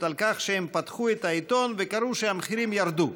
על כך שהם פתחו את העיתון וקראו שהמחירים ירדו,